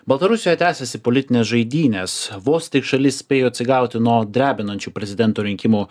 baltarusijoj tęsiasi politines žaidynes vos tik šalis spėjo atsigauti nuo drebinančių prezidento rinkimų